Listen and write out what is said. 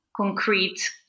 concrete